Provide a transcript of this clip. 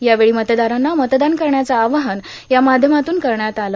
यावेळी मतदारांना मतदान करण्याचं आवाहन या माध्यमातून करण्यात आलं